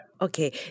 Okay